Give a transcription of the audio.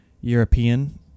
European